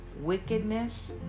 wickedness